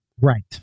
right